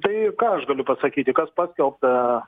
tai ką aš galiu pasakyti kas paskelbta